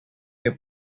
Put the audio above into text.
que